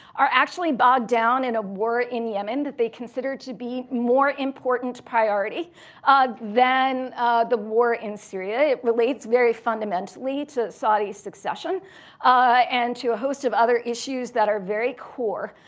are actually bogged down in a war in yemen that they consider to be a more important priority than the war in syria. it relates very fundamentally to saudi succession and to a host of other issues that are very core.